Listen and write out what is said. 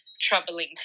troubling